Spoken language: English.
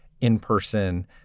in-person